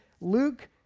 Luke